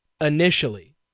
initially